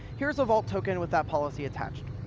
here's a vault token with that policy attached.